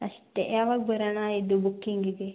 ಅಷ್ಟೆ ಯಾವಾಗ ಬರೋಣ ಇದು ಬುಕ್ಕಿಂಗಿಗೆ